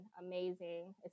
amazing